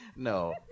No